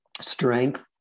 strength